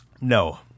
No